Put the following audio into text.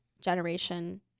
generation